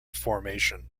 formation